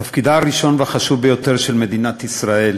תפקידה הראשון והחשוב ביותר של מדינת ישראל,